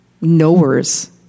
knowers